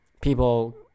people